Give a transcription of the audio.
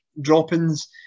droppings